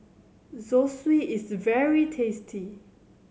zosui is very tasty